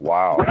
Wow